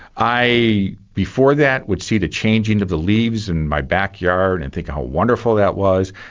i before that would see the changing of the leaves in my backyard and think how wonderful that was,